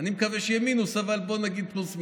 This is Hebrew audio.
אני מקווה שיהיה מינוס אבל בוא נגיד פלוס מינוס,